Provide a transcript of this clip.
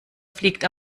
fliegt